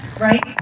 right